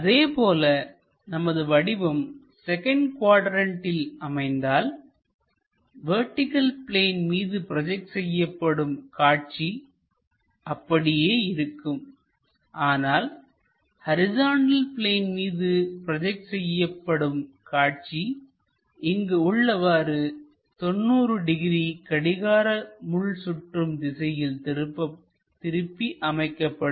அதேபோல நமது வடிவம் செகண்ட் குவாட்ரண்ட்டில் அமைந்தால் வெர்டிகள் பிளேன் மீது ப்ரோஜெக்ட் செய்யப்படும் காட்சி அப்படியே இருக்கும் ஆனால் ஹரிசாண்டல் பிளேன் மீது ப்ரோஜெக்ட் செய்யப்படும் காட்சி இங்கு உள்ளவாறு 90 டிகிரி கடிகார முள் சுற்றும் திசையில் திருப்பி அமைக்கப்படும்